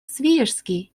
свияжский